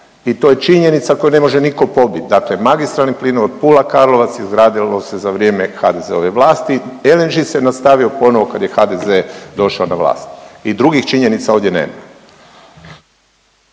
i to je činjenica koju ne može niko pobit, dakle magistralni plinovod Pula-Karlovac izgradilo se za vrijeme HDZ-ove vlasti, LNG se nastavio ponovo kad je HDZ došao na vlast i drugih činjenica ovdje nema.